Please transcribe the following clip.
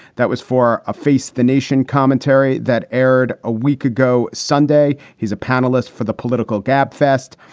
that was for a face the nation commentary that aired a week ago sunday. he's a panelist for the political gab fest.